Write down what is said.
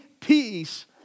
peace